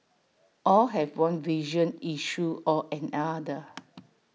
all have one vision issue or another